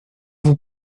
vous